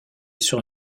sur